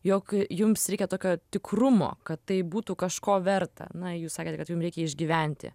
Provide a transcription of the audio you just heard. jog jums reikia tokio tikrumo kad tai būtų kažko verta na jūs sakėte kad jum reikia išgyventi